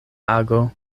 ago